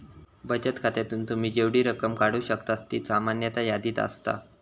बचत खात्यातून तुम्ही जेवढी रक्कम काढू शकतास ती सामान्यतः यादीत असता